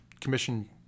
commission –